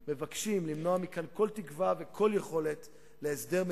וגם לא שירתה את האינטרס